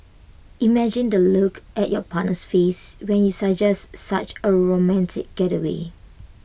imagine the look at your partner's face when you suggest such A romantic getaway